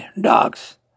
dogs